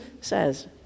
says